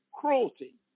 cruelty